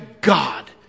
God